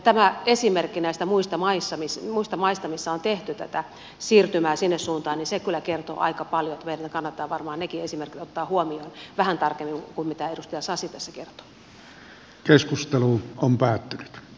tämä esimerkki näistä muista maista missä on tehty tätä siirtymää sinne suuntaan kyllä kertoo aika paljon niin että meidän kannattaa varmaan nekin esimerkit ottaa huomioon vähän tarkemmin kuin mitä edustaja sasi tässä kertoi